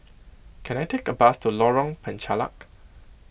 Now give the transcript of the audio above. can I take a bus to Lorong Penchalak